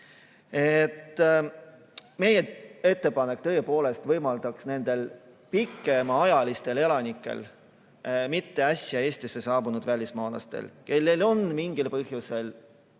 Meie ettepanek tõepoolest võimaldaks nendel pikemaajalistel elanikel – mitte äsja Eestisse saabunud välismaalastel –, kellel on mingil põhjusel